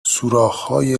سوراخهای